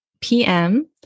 PM